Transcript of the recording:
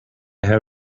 head